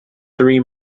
three